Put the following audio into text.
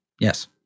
Yes